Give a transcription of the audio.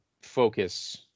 focus